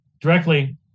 directly